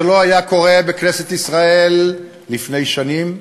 זה לא היה קורה בכנסת ישראל לפני שנים,